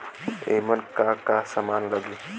ईमन का का समान लगी?